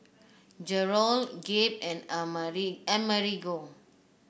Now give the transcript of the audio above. Jerrold Gabe and Amerigo